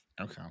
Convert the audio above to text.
Okay